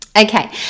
Okay